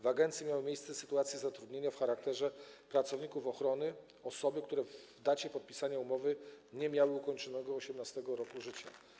W agencji miały miejsce sytuacje zatrudnienia w charakterze pracowników ochrony osób, które w dniu podpisania umowy nie miały ukończonego 18. roku życia.